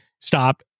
stop